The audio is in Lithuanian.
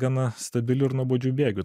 gana stabilių ir nuobodžių bėgių